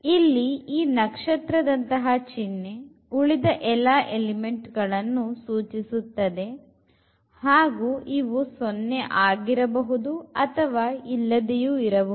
ಇಲ್ಲಿ ಈ ನಕ್ಷತ್ರದಂತಹ ಚಿಹ್ನೆ ಉಳಿದ ಎಲಿಮೆಂಟ್ ಗಳನ್ನುಸೂಚಿಸುತ್ತದೆ ಹಾಗು ಇವು 0 ಆಗಿರಬಹುದು ಅಥವಾ ಇಲ್ಲದೆಯೂ ಇರಬಹುದು